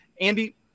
Andy